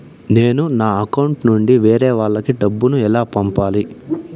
నేను నా అకౌంట్ నుండి వేరే వాళ్ళకి డబ్బును ఎలా పంపాలి?